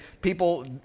people